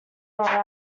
all